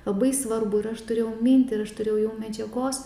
labai svarbu ir aš turėjau mintį ir aš turėjau jau medžiagos